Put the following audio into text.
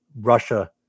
Russia